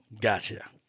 Gotcha